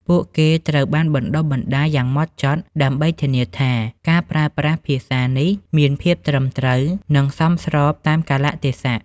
ពួកគេត្រូវបានបណ្តុះបណ្តាលយ៉ាងហ្មត់ចត់ ដើម្បីធានាថាការប្រើប្រាស់ភាសានេះមានភាពត្រឹមត្រូវ និងសមស្របតាមកាលៈទេសៈ។